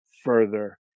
further